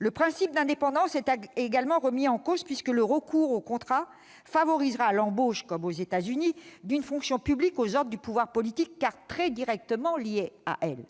Le principe d'indépendance est également remis en cause, puisque le recours au contrat favorisera l'embauche, comme aux États-Unis, d'une fonction publique aux ordres du pouvoir politique, car très directement liée à elle.